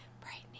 brightening